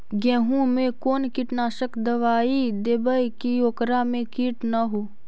गेहूं में कोन कीटनाशक दबाइ देबै कि ओकरा मे किट न हो?